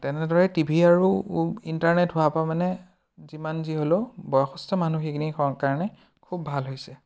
তেনেদৰে টিভি আৰু ইণ্টাৰনেট হোৱাৰ পৰা মানে যিমান যি হ'লেও বয়সস্থ মানুহখিনিৰ কাৰণে খুব ভাল হৈছে